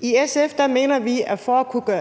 I SF mener vi, at